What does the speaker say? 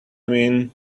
mean